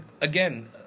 again